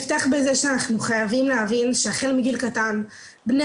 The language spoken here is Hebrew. אפתח בזה שאנחנו חייבים להבין שהחל מגיל קטן בני